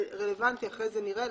אחרי כן נראה,